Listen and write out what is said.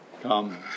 Come